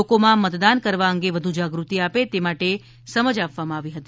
લોકોમાં મતદાન કરવા અંગે વધુ જાગૃત્તિ આપે તે માટે સમજ આપવામાં આવી હતી